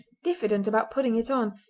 diffident about putting it on,